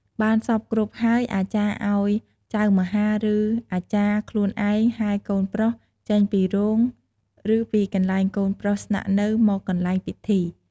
បានសព្វគ្រប់ហើយ អាចារ្យឲ្យចៅមហា ឬអាចារ្យ ខ្លួនឯងហែរកូនប្រុសចេញពីរោង ឬពីកន្លែងកូនប្រុសស្នាក់នៅមកកន្លែងពិធី។